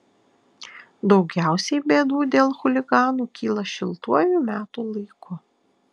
daugiausiai bėdų dėl chuliganų kyla šiltuoju metų laiku